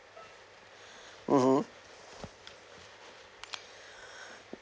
mmhmm